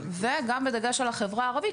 וגם בדגש על החברה הערבית,